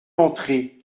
entrer